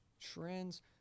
Trends